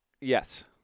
Yes